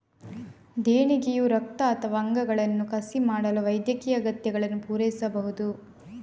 ದೇಣಿಗೆಯು ರಕ್ತ ಅಥವಾ ಅಂಗಗಳನ್ನು ಕಸಿ ಮಾಡಲು ವೈದ್ಯಕೀಯ ಅಗತ್ಯಗಳನ್ನು ಪೂರೈಸಬಹುದು